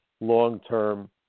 long-term